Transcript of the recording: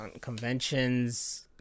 conventions